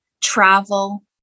travel